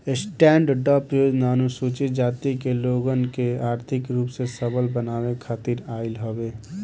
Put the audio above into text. stand up योजना अनुसूचित जाति के लोगन के आर्थिक रूप से संबल बनावे खातिर आईल हवे